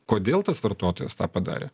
kodėl tas vartotojas tą padarė